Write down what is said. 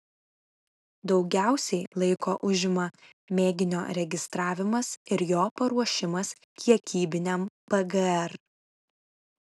daugiausiai laiko užima mėginio registravimas ir jo paruošimas kiekybiniam pgr